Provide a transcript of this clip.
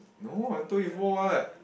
no I told you before what